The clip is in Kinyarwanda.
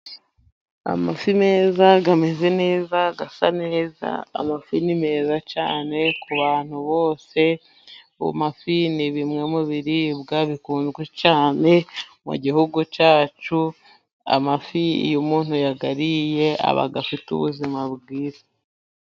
Amafi meza, ameze neza, asa neza. Amafi ni meza cyane ku bantu bose. Amafi ni bimwe mu biribwa bikunzwe cyane mu Gihugu cyacu, amafi iyo umuntu yayariye aba afite ubuzima bwiza.